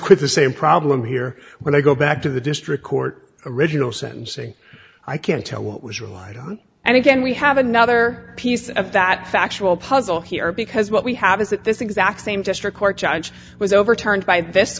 but the same problem here when i go back to the district court original sentencing i can't tell what was relied on and again we have another piece of that factual puzzle here because what we have is that this exact same district court judge was overturned by this